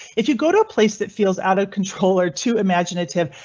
if you go to a place that feels out of control, are too imaginative,